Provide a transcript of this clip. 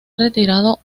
retirado